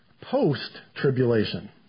post-tribulation